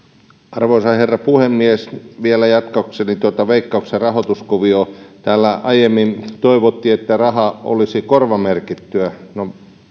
arvoisa herra puhemies vielä jatkaakseni tuota veik kauksen rahoituskuviota täällä aiemmin toivottiin että raha olisi korvamerkittyä no